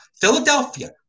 Philadelphia